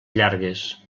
llargues